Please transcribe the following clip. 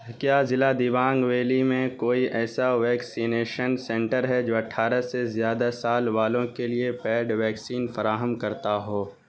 کیا ضلع دیبانگ ویلی میں کوئی ایسا ویکسینیشن سنٹر ہے جو اٹھارہ سے زیادہ سال والوں کے لیے پیڈ ویکسین فراہم کرتا ہو